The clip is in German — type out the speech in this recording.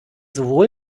sowohl